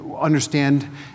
understand